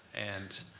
and